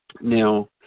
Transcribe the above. Now